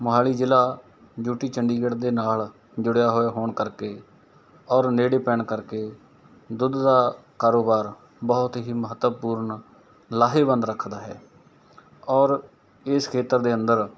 ਮੋਹਾਲੀ ਜ਼ਿਲ੍ਹਾ U T Chandigarh ਦੇ ਨਾਲ ਜੁੜਿਆ ਹੋਇਆ ਹੋਣ ਕਰਕੇ ਔਰ ਨੇੜੇ ਪੈਣ ਕਰਕੇ ਦੁੱਧ ਦਾ ਕਾਰੋਬਾਰ ਬਹੁਤ ਹੀ ਮਹੱਤਵਪੂਰਨ ਲਾਹੇਵੰਦ ਰੱਖਦਾ ਹੈ ਔਰ ਇਸ ਖੇਤਰ ਦੇ ਅੰਦਰ